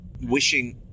wishing